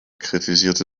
kritisierte